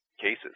cases